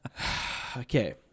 Okay